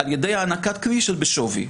על ידי הענקת בשווי.